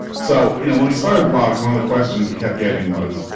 so when we started blogs, one of the questions we kept getting was,